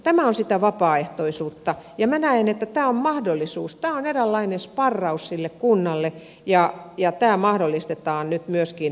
tämä on sitä vapaaehtoisuutta ja minä näen että tämä on mahdollisuus tämä on eräänlainen sparraus sille kunnalle ja tämä mahdollistetaan nyt myöskin tällä tavalla